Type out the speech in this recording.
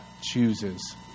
chooses